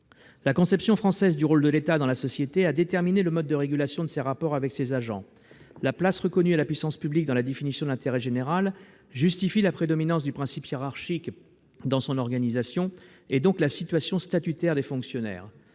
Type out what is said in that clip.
La conception française du rôle de l'État dans la société a déterminé le mode de régulation des rapports de celui-ci avec ses agents. La place reconnue à la puissance publique dans la définition de l'intérêt général justifie la prédominance du principe hiérarchique dans son organisation, et donc la situation statutaire des fonctionnaires.